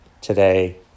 today